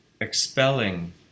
expelling